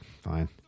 fine